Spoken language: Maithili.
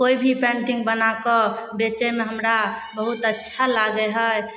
कोइ भी पेंटिंग बनाकऽ बेचयमे हमरा बहुत अच्छा लागै है